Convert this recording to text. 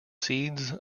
seeds